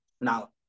Now